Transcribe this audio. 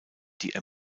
die